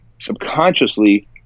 subconsciously